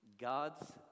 God's